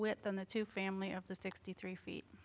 within the two family up to sixty three feet